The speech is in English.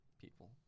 people